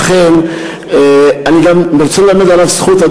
לכן אני גם רוצה ללמד עליו זכות,